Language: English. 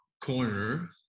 corner